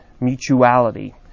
mutuality